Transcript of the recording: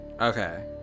Okay